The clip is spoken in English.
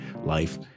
life